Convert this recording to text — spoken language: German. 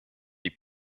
die